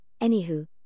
Anywho